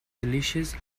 delicious